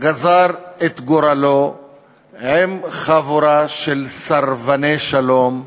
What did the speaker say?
גזר את גורלו עם חבורה של סרבני שלום,